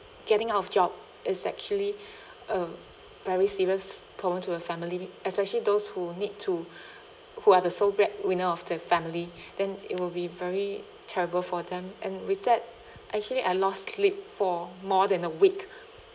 getting out of job is actually a very serious problem to a family especially those who need to who are the sole breadwinner of the family then it will be very terrible for them and with that actually I lost sleep for more than a week